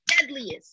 deadliest